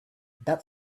that